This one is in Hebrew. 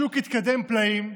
השוק התקדם פלאים,